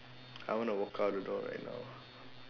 I want to walk out the door right now